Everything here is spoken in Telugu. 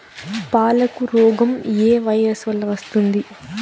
పాలకు రోగం ఏ వైరస్ వల్ల వస్తుంది?